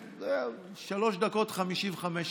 שלוש דקות ו-55 שניות.